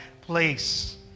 place